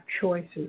choices